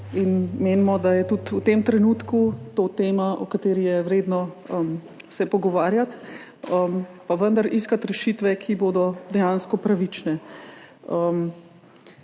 in menimo, da je tudi v tem trenutku to tema, o kateri se je vredno pogovarjati, pa vendar iskati rešitve, ki bodo dejansko pravične.